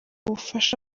bufasha